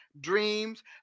Dreams